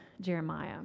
Jeremiah